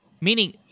Meaning